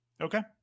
Okay